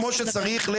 כפי שצריך,